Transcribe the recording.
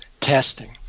testing